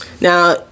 Now